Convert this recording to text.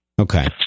Okay